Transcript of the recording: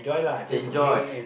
enjoy